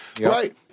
Right